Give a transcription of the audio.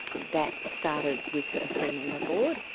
that started with a three-member board,